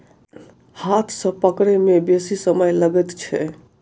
हाथ सॅ पकड़य मे बेसी समय लगैत छै